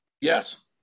yes